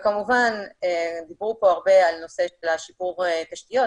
וכמובן דיברו פה הרבה על נושא של שיפור התשתיות,